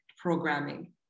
programming